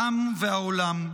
העם והעולם.